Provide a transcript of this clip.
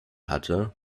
hatte